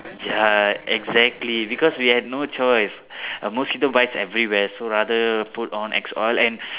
ya exactly because we have no choice err mosquito bites everywhere so rather put on axe oil and